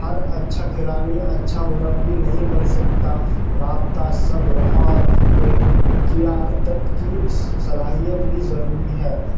ہر اچھا کھلاڑی اچھا مربی نہیں بن سکتا رابطہ صبر اور قیادت کی صلاحیت بھی ضروری ہے